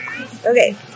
Okay